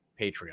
patreon